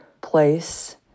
place